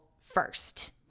first